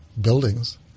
buildings